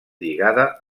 lligada